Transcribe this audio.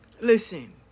Listen